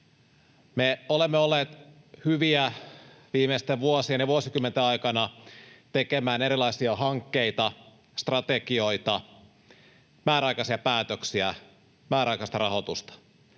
Me olemme olleet hyviä viimeisten vuosien ja vuosikymmenten aikana tekemään erilaisia hankkeita, strategioita, määräaikaisia päätöksiä ja määräaikaista rahoitusta.